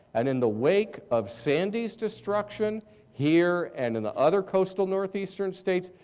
and in the wake of sandy's destruction here and in the other coastal northeastern states,